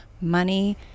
money